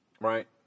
Right